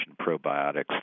probiotics